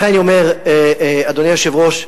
לכן אני אומר, אדוני היושב-ראש,